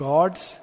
God's